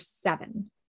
seven